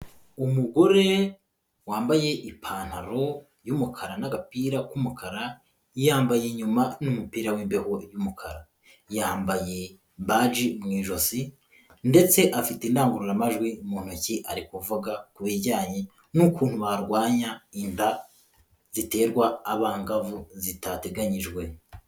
Umugore wambaye ipantaro y'umukara n'agapira k'umukara, yambaye inyuma n'umupira w'imbeho w'umukara, yambaye baji mu ijosi ndetse afite indangururamajwi mu ntoki ari kuvuga kubijyanye n'ukuntu barwanya inda ziterwa abangavu zitateganyijwe.